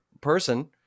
person